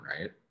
right